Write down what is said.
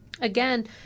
again